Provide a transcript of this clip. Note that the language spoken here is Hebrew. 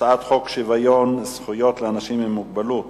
הצעת חוק שוויון זכויות לאנשים עם מוגבלות